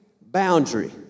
boundary